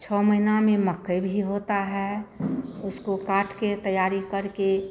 छः महीना में मकई भी होती है उसको काट के तैयारी करके